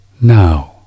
now